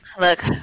look